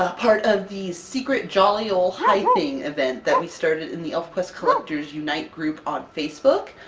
ah part of the secret jolly ol' high-thing event that we started in the elfquest collectors unite group on facebook.